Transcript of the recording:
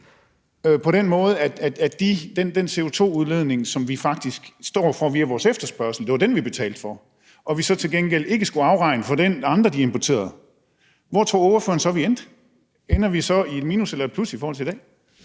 på den måde, at det var den CO2-udledning, som vi faktisk står for via vores efterspørgsel, som vi betalte for, og vi så til gengæld ikke skulle afregnes for den, som andre importerede, hvor tror ordføreren så vi ville ende? Ender vi så i et minus eller et plus i forhold til i dag?